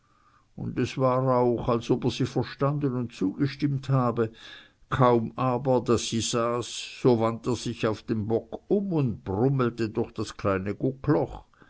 und es war auch als ob er sie verstanden und zugestimmt habe kaum aber daß sie saß so wandt er sich auf dem bock um und brummelte durch das kleine guckloch